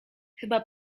chyba